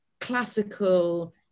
classical